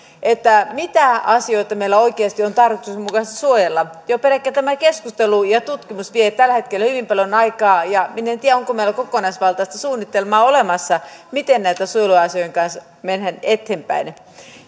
mitä asioita meidän on oikeasti tarkoituksenmukaista suojella jo pelkkä keskustelu ja tutkimus vievät tällä hetkellä hyvin paljon aikaa ja minä en tiedä onko meillä kokonaisvaltaista suunnitelmaa olemassa miten näiden suojeluasioiden kanssa mennään eteenpäin